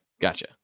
Gotcha